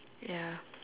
ya